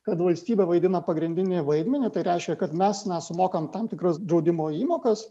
kad valstybė vaidina pagrindinį vaidmenį tai reiškia kad mes sumokam tam tikras draudimo įmokas